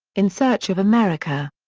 in search of america.